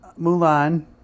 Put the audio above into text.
Mulan